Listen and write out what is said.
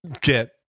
get